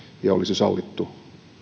ja olisi sallittu